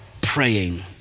praying